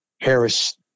Harris-